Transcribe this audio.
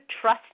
trust